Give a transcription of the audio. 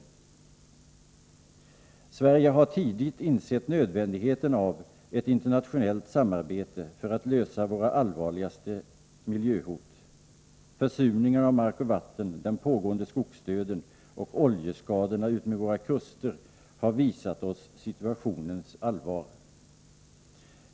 Sverige har tidigt insett nödvändigheten av ett internationellt samarbete för att lösa våra allvarligaste miljöhot. Försurningen av mark och vatten, den pågående skogsdöden och oljeskadorna utmed våra kuster har visat oss situationens allvar.